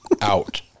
out